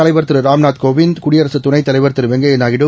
தலைவர் திருராம்நாத் கோவிந்த் குடியரசுதுணைததலைவா் திருவெங்கையாநாயுடு